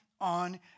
on